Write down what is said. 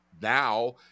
now